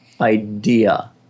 idea